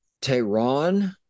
tehran